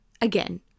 again